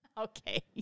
Okay